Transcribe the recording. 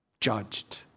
judged